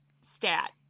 stat